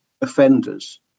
offenders